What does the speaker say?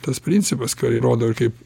tas principas įrodo kaip